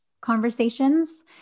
conversations